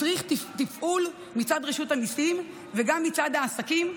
מצריך תפעול מצד רשות המיסים וגם מצד העסקים,